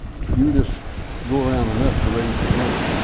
if you'll just go around enough to raise the money